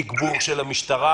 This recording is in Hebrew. תגבור של המשטרה